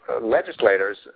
legislators